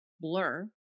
blur